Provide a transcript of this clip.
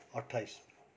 अट्ठाइस